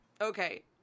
Okay